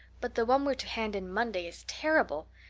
but the one we're to hand in monday is terrible.